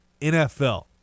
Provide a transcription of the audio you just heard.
NFL